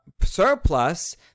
surplus